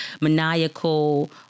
maniacal